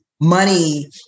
Money